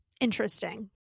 Interesting